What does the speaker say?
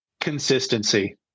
Consistency